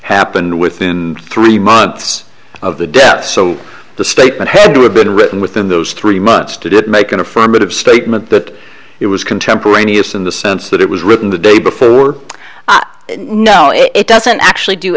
happened within three months of the death so the statement had to have been written within those three much to did make an affirmative statement that it was contemporaneous in the sense that it was written the day before no it doesn't actually do